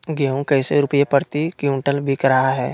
गेंहू कैसे रुपए प्रति क्विंटल बिक रहा है?